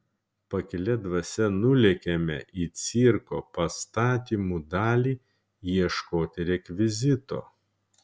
pakilia dvasia nulėkėme į cirko pastatymų dalį ieškoti rekvizito